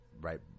right